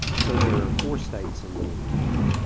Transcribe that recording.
so there are four states in the union now.